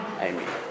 Amen